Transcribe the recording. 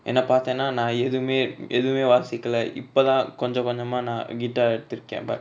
என்ன பாத்தனா நா எதுமே எதுமே வாசிகள இப்பதா கொஞ்ச கொஞ்சமா நா:enna paathana na ethume ethume vaasikala ippatha konja konjama na guitar எடுத்திருக்க:eduthirukka but